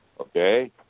Okay